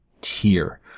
tier